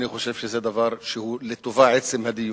אני חושב שזה דבר שהוא לטובה, עצם הדיון.